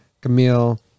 Camille